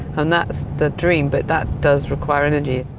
and that's the dream. but that does require energy.